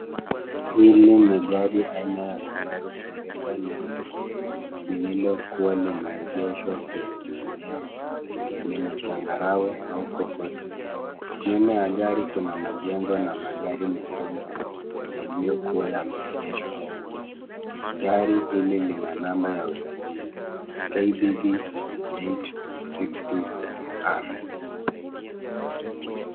Hili ni gari aina ya Subaru Forester nyeusi lililokuwa limeegeshwa kwenye eneo lenye changarawe au kokoto. Nyuma ya gari kuna majengo na magari mengine yaliyokuwa yameegeshwa. Gari hili lina namba ya usajili KBB 862R .